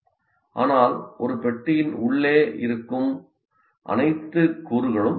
ஆனால் ஒரு பெட்டியின் உள்ளே இருக்கும் அனைத்து கூறுகளும் கருத்துகள்